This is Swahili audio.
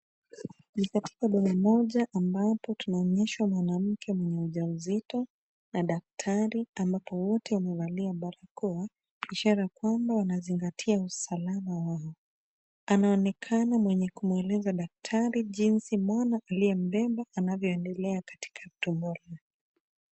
Ni katika boma moja ambapo tunaonyeshwa mwanamke mja mzito na daktari ambapo wote wamevalia barakoa ishara kwamb wanazingatia usalama wao. Anaonekana mwenye kumweleza daktari jinsi mwana aliyembeba anaendelea katika tumbo lake.